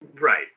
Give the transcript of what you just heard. Right